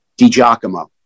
DiGiacomo